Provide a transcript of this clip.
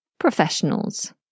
Professionals